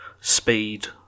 speed